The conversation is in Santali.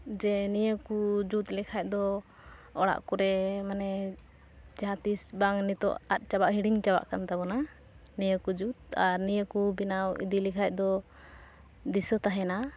ᱡᱮ ᱱᱤᱭᱟᱹ ᱠᱚ ᱡᱩᱛ ᱞᱮᱠᱷᱟᱡ ᱫᱚ ᱚᱲᱟᱜ ᱠᱚᱨᱮ ᱢᱟᱱᱮ ᱡᱟᱦᱟᱸ ᱛᱤᱥ ᱵᱟᱝ ᱱᱤᱛᱚᱜ ᱟᱸᱫᱽ ᱪᱟᱵᱟᱜ ᱦᱤᱲᱤᱧ ᱪᱟᱵᱟᱜ ᱠᱟᱱ ᱛᱟᱵᱚᱱᱟ ᱱᱤᱭᱟᱹ ᱠᱚ ᱡᱩᱛ ᱟᱨ ᱱᱤᱭᱟᱹ ᱠᱚ ᱵᱮᱱᱟᱣ ᱤᱫᱤ ᱞᱮᱠᱷᱟᱡ ᱫᱚ ᱫᱤᱥᱟᱹ ᱛᱟᱦᱮᱱᱟ